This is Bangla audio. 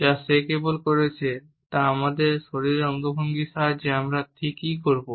যা সে কেবল করেছে তা আমাদের শারীরিক অঙ্গভঙ্গির সাহায্যে আমরা ঠিক কী করব